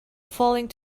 falling